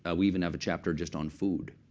ah we even have a chapter just on food.